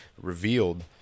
revealed